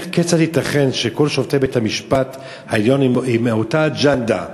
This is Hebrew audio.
כיצד ייתכן שכל שופטי בית-המשפט העליון הם מאותה אג'נדה,